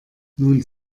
nun